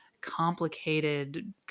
complicated